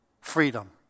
freedom